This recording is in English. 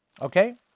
Okay